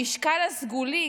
המשקל הסגולי,